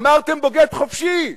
אמרתם בוגד, חופשי.